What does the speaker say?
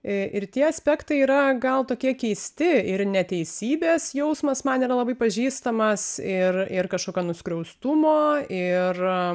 ir tie aspektai yra gal tokie keisti ir neteisybės jausmas man yra labai pažįstamas ir ir kažkokio nuskriaustumo ir